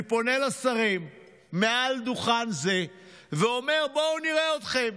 אני פונה לשרים מעל דוכן זה ואומר: בואו נראה אתכם.